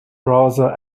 browser